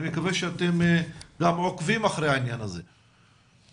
מקווה שאתם גם עוקבים אחרי העניין הזה.